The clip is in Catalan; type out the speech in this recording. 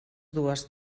dues